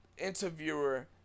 interviewer